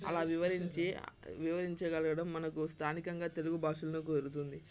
అలా వివరించి వివరించగలగడం మనకు స్థానికంగా తెలుగు భాషలో కుదురుతుంది